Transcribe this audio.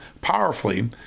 powerfully